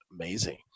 amazing